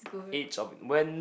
age of when